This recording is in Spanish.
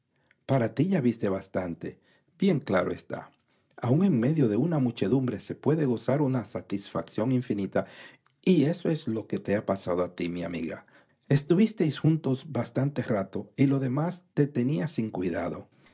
para ti ya viste bastante bien claro está aun en medio de una muchedumbre se puede gozar una satisfacción íntima y eso es lo que te ha pasado a ti estuvisteis juntos bastante rato y lo demás os tenía sin cuidado